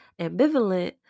ambivalent